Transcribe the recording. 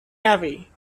heavy